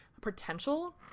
potential